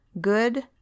good